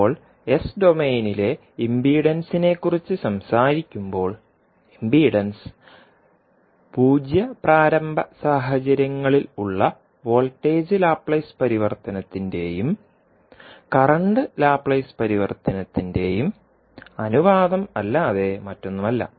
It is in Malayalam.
ഇപ്പോൾ എസ് ഡൊമെയ്നിലെ ഇംപിഡൻസിനെക്കുറിച്ച് സംസാരിക്കുമ്പോൾ ഇംപിഡൻസ് പൂജ്യ പ്രാരംഭ സാഹചര്യങ്ങളിൽ ഉളള വോൾട്ടേജ് ലാപ്ലേസ് പരിവർത്തനത്തിന്റെയും കറന്റ് ലാപ്ലേസ് പരിവർത്തനത്തിന്റെയും അനുപാതമല്ലാതെ മറ്റൊന്നുമല്ല